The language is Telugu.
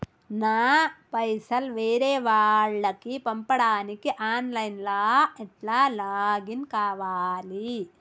నా పైసల్ వేరే వాళ్లకి పంపడానికి ఆన్ లైన్ లా ఎట్ల లాగిన్ కావాలి?